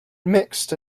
mixed